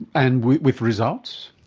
and with results?